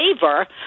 favor